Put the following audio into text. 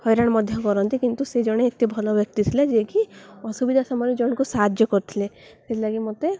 ହଇରାଣ ମଧ୍ୟ କରନ୍ତି କିନ୍ତୁ ସେ ଜଣେ ଏତେ ଭଲ ବ୍ୟକ୍ତି ଥିଲେ ଯିଏକି ଅସୁବିଧା ସମୟରେ ଜଣକୁ ସାହାଯ୍ୟ କରିଥିଲେ ସେଥିଲାଗି ମୋତେ